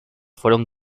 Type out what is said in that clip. fueron